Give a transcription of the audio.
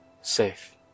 Safe